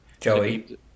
Joey